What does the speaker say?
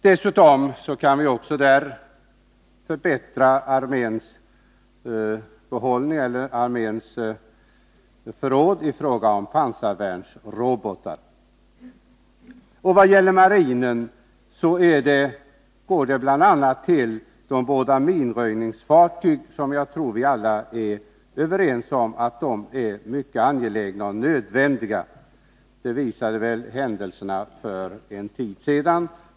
Dessutom kan vi förbättra arméns tillgång på pansarvärnsrobotar. Vad gäller marinen går medlen bl.a. till de båda minröjningsfartygen och ubåtsjakt, och jag tror alla är överens om att dessa materielförstärkningar är mycket angelägna och nödvändiga. Att vi behöver förstärkning på det området visade väl händelserna för en tid sedan.